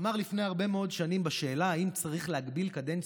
שאמר לפני הרבה מאוד שנים בשאלה: האם צריך להגביל קדנציות?